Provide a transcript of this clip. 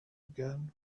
again